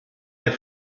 der